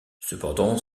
cependant